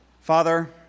Father